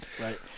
right